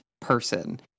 person